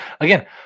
Again